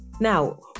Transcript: Now